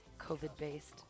Covid-based